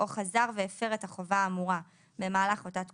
או חזר והפר את החובה האמורה במהלך אותה תקופה,